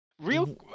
real